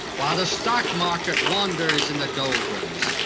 while the stock market wanders in the doldrums.